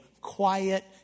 quiet